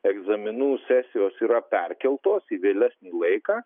egzaminų sesijos yra perkeltos į vėlesnį laiką